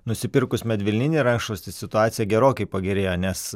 nusipirkus medvilninį rankšluostį situacija gerokai pagerėjo nes